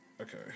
Okay